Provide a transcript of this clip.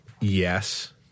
Yes